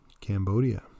Cambodia